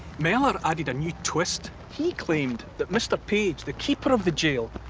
mellor added a new twist. he claimed that mr page, the keeper of the jail,